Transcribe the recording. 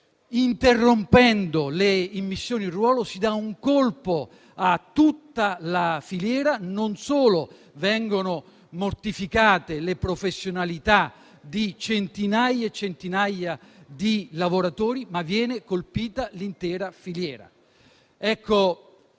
Interrompendo le immissioni in ruolo si dà un colpo a tutta la filiera; non solo vengono mortificate le professionalità di centinaia e centinaia di lavoratori, ma viene anche colpita l'intera filiera.